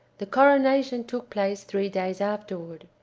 the coronation took place three days afterward.